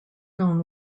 known